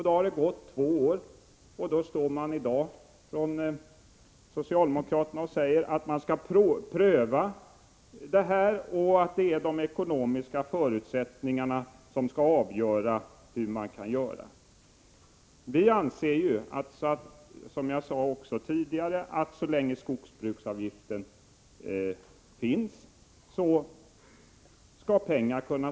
Det har alltså gått två år, och i dag säger socialdemokraterna att regeringen skall pröva frågan och att det är de ekonomiska förutsättningarna som blir avgörande. Vi anser, som jag också sade tidigare, att man för detta skall kunna ta i anspråk medlen från skogsvårdsavgifterna, så länge dessa finns.